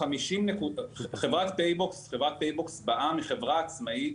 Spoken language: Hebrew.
חברת "פייבוקס" בע"מ היא חברה עצמאית,